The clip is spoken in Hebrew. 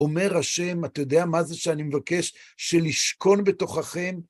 אומר ה', אתה יודע מה זה שאני מבקש, שלשכון בתוככם?